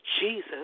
Jesus